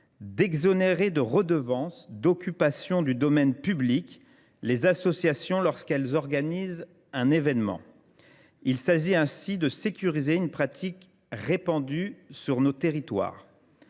d’exonérer de redevance d’occupation du domaine public les associations lorsqu’elles organisent un événement. Il s’agit ainsi de sécuriser une pratique répandue dans nos territoires.